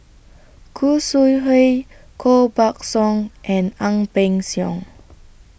Khoo Sui Hoe Koh Buck Song and Ang Peng Siong